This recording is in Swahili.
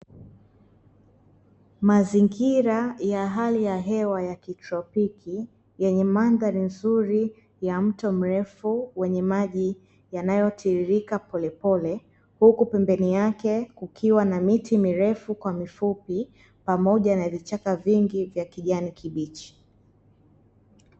Mazingira ya hali ya hewa ya kitropiki yenye mandhari nzuri ya mto mrefu wenye maji yanayotiririka polepole, huku pembeni yake kukiwa na miti mirefu kwa mifupi, pamoja na vichaka vingi vya kijani kibichi.